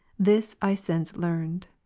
this i since learned.